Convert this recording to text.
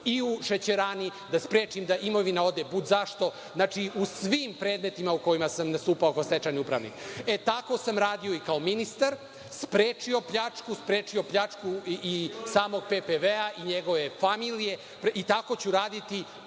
i u Šećerani da sprečim da imovina ode bud-zašto. Znači, u svim predmetima u kojima sam nastupao kao stečajni upravnik. Tako sam radio i kao ministar, sprečio pljačku, samog PPV-a i njegove familije, tako ću raditi